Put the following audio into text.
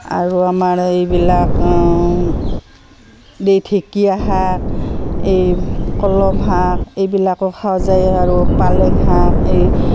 আৰু আমাৰ এইবিলাক এই ঢেকীয়া শাক এই কলম শাক এইবিলাকো খাৱা যায় আৰু পালেং শাক এই